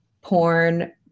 porn